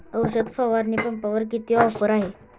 औषध फवारणी पंपावर किती ऑफर आहे?